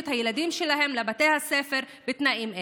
את הילדים שלהם לבתי הספר בתנאים האלה.